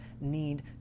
need